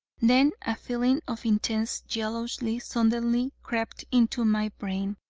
then a feeling of intense jealousy suddenly crept into my brain,